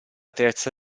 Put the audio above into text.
terza